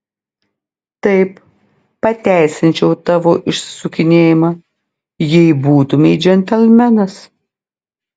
taip pateisinčiau tavo išsisukinėjimą jei būtumei džentelmenas